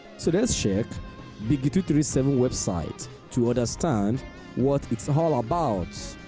so, let's check two three seven website to understand what it's all about.